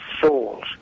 souls